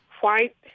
white